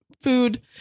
food